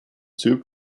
tube